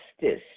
justice